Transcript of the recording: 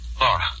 Laura